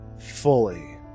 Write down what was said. fully